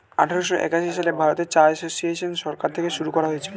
আঠারোশো একাশি সালে ভারতে চা এসোসিয়েসন সরকার থেকে শুরু করা হয়েছিল